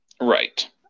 Right